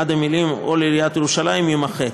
עד המילים "או לעיריית ירושלים" יימחק.